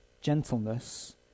gentleness